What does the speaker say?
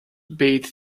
bade